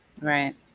Right